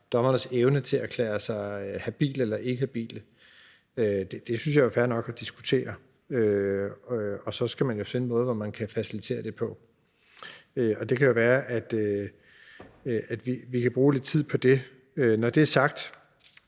dommernes evne til at erklære sig habile eller inhabile? Det synes jeg er fair nok at diskutere, og så skal man jo finde en måde, man kan facilitere det på. Og det kan jo være, vi kan bruge lidt tid på det. Når det er sagt,